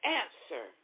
answer